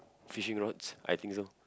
fishing rods I think so